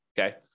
okay